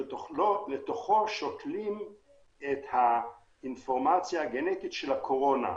שלתוכו שותלים את האינפורמציה הגנטית של הקורונה.